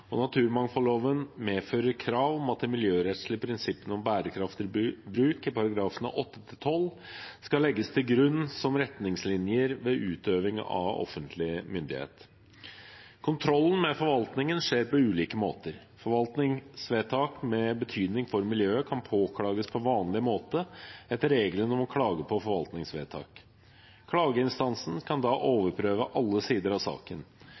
og naturmangfoldloven medfører krav om at de miljørettslige prinsippene om bærekraftig bruk i §§ 8–12 skal legges til grunn som retningslinjer ved utøving av offentlig myndighet. Kontrollen med forvaltningen skjer på ulike måter. Forvaltningsvedtak med betydning for miljøet kan påklages på vanlig måte etter reglene om klage på forvaltningsvedtak. Klageinstansen kan da overprøve alle sider av saken.